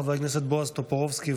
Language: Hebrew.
חבר הכנסת בועז טופורובסקי,